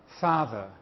Father